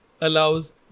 allows